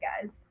guys